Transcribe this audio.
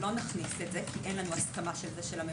לא נכניס את זה כי אין לנו הסכמה של הממשלה.